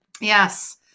yes